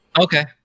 Okay